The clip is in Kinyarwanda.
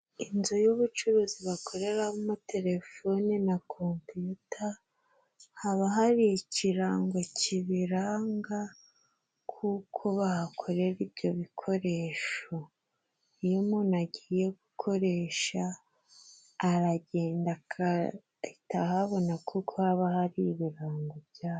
Inzu y'ubucuruzi bakoreramo telefoni na kompiyuta haba hari ikirango kibiranga kuko bahakorera ibyo bikoresho. Iyo umuntu agiye gukoresha aragenda akahita ahabona kuko haba hari ibirango byaho.